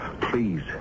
Please